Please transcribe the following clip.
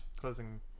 closing